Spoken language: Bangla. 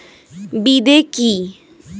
বিদে কি?